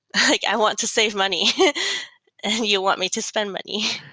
like i want to save money and you want me to spend money.